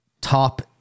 top